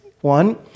one